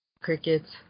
Crickets